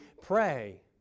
pray